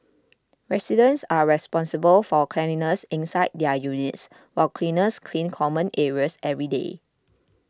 residents are responsible for cleanliness inside their units while cleaners clean common areas every day